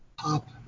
top